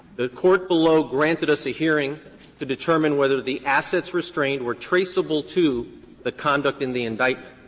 the court below granted us a hearing to determine whether the assets restrained were traceable to the conduct in the indictment.